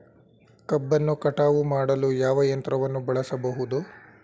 ಕಬ್ಬನ್ನು ಕಟಾವು ಮಾಡಲು ಯಾವ ಯಂತ್ರವನ್ನು ಬಳಸಬಹುದು?